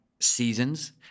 seasons